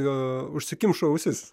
jo užsikimšo ausis